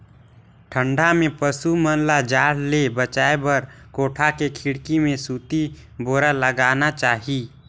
ठंडा में पसु मन ल जाड़ ले बचाये बर कोठा के खिड़की में सूती बोरा लगाना चाही